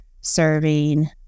serving